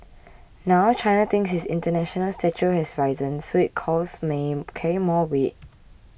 now China thinks its international stature has risen so its calls may carry more weight